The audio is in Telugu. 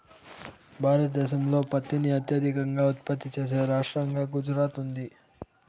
భారతదేశంలో పత్తిని అత్యధికంగా ఉత్పత్తి చేసే రాష్టంగా గుజరాత్ ఉంది